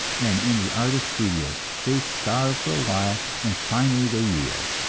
and in the artists' studios they starve for a while, and finally they yield.